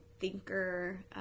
thinker